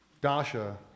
Dasha